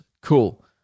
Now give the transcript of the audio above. Cool